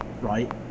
right